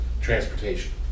transportation